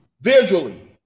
visually